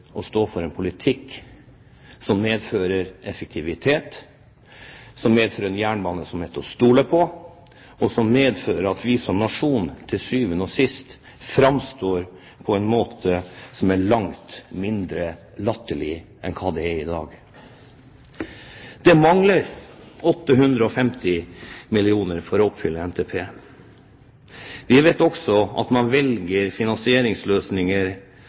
å stå for en politikk som medfører effektivitet, som medfører en jernbane som er til å stole på, og som medfører at vi som nasjon til syvende og sist framstår på en måte som er langt mindre latterlig enn hva den er i dag. Det mangler 850 mill. kr for å oppfylle NTP. Vi vet også at man velger finansieringsløsninger